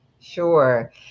Sure